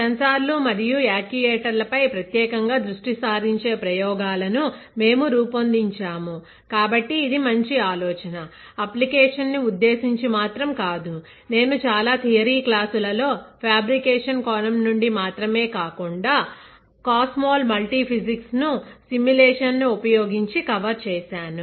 సెన్సార్లు మరియు యాక్యుయేటర్లపై ప్రత్యేకంగా దృష్టి సారించే ప్రయోగాలను మేము రూపొందించాము కాబట్టి ఇది మంచి ఆలోచన అప్లికేషన్ ని ఉద్దేశించి మాత్రం కాదు నేను చాలా థియరీ క్లాసులలో ఫ్యాబ్రికేషన్ కోణం నుండి మాత్రమే కాకుండా COSMOL మల్టీఫిజిక్స్ ను సిమ్యులేషన్ ను ఉపయోగించి కవర్ చేశాను